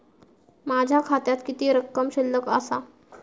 माझ्या खात्यात किती रक्कम शिल्लक आसा?